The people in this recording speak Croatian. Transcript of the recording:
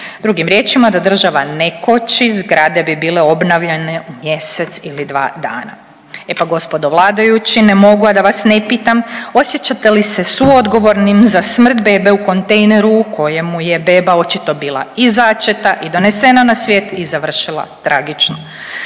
drugim riječima da država ne koči zgrade bi bile obnavljane mjesec ili dva dana. E pa gospodo vladajući ne mogu, a da vas ne pitam, osjećate li se suodgovornim za smrt bebe u kontejneru u kojemu je beba očito bila i začeta i donesena na svijet i završila tragično?